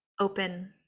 open